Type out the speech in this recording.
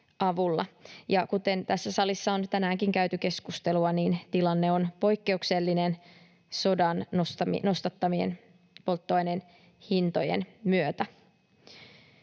kuten tässä salissa on tänäänkin käyty keskustelua, niin tilanne on poikkeuksellinen sodan nostattamien polttoaineen hintojen myötä.